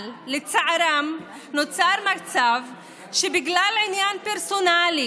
אבל לצערם נוצר מצב שבגלל עניין פרסונלי